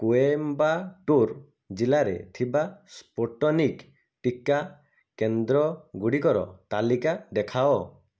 କୋଏମ୍ବାଟୁର ଜିଲ୍ଲାରେ ଥିବା ସ୍ପୁଟନିକ୍ଟି ଟୀକା କେନ୍ଦ୍ର ଗୁଡ଼ିକର ତାଲିକା ଦେଖାଅ